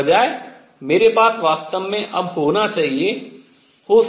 के बजाय होगा मेरे पास वास्तव में अब होना चाहिए हो सकता है